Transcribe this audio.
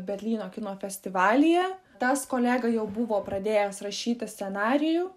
berlyno kino festivalyje tas kolega jau buvo pradėjęs rašyti scenarijų